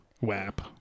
WAP